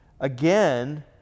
again